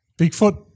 Bigfoot